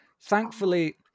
Thankfully